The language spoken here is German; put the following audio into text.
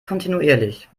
kontinuierlich